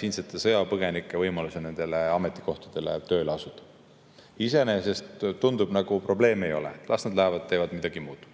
see sõjapõgenike võimaluse nendel ametikohtadel tööle asuda. Iseenesest tundub, nagu probleemi ei oleks, las nad lähevad ja teevad midagi muud.